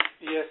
Yes